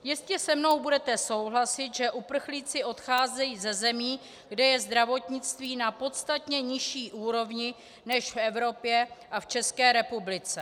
Jistě se mnou budete souhlasit, že uprchlíci odcházejí ze zemí, kde je zdravotnictví na podstatně nižší úrovni než v Evropě a v České republice.